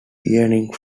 yearning